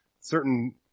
certain